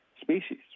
species